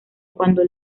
cuando